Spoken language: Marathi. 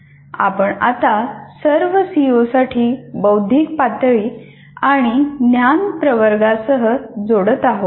आपण आता सर्व सीओसाठी बौद्धिक पातळी आणि ज्ञान प्रवर्गासह जोडत आहोत